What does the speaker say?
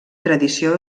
tradició